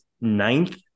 ninth